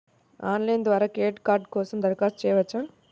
Online ద్వారా credit card కోసం దరఖాస్తు చేయవచ్చా?